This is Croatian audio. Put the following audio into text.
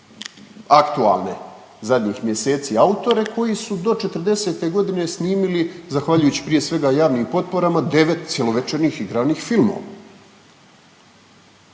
aktualne zadnjih mjeseci autore koji su do 40.g. snimili zahvaljujući prije svega javnim potporama devet cjelovečernjih igranih filmova.